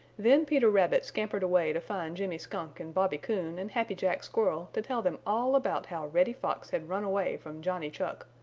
then peter rabbit scampered away to find jimmy skunk and bobby coon and happy jack squirrel to tell them all about how reddy fox had run away from johnny chuck,